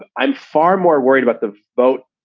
ah i'm far more worried about the vote.